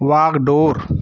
वागडोर